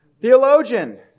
Theologian